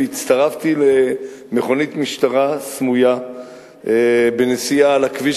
הצטרפתי למכונית משטרה סמויה בנסיעה על הכביש